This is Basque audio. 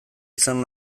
izan